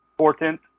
Important